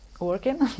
working